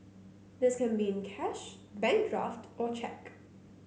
this can be in cash bank draft or cheque